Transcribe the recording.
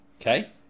Okay